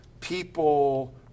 people